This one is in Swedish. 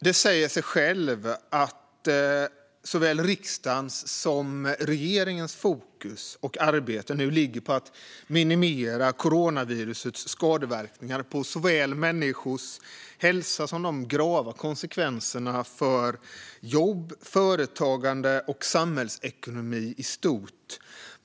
Det säger sig självt att såväl riksdagens som regeringens fokus och arbete nu ligger på att minimera coronavirusets skadeverkningar på människors hälsa samt de grava konsekvenserna för jobb, företagande och samhällsekonomin i stort.